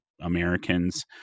Americans